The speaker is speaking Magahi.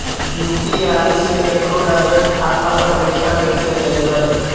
यु.पी.आई से केकरो डैरेकट खाता पर पैसा कैसे भेजबै?